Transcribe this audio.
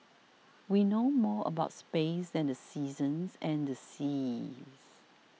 we know more about space than the seasons and the seas